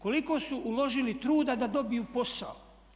Koliko su uložili truda da dobiju posao?